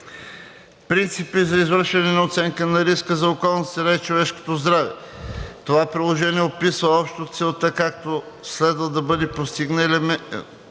Принципи за извършване на оценка за риска за околната среда и човешкото здраве Това приложение описва общо целта, която следва да бъде постигната,